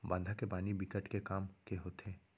बांधा के पानी बिकट के काम के होथे